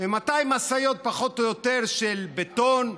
ו-200 משאיות פחות או יותר של בטון,